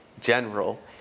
general